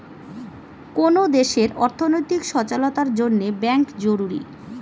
কোন দেশের অর্থনৈতিক সচলতার জন্যে ব্যাঙ্ক জরুরি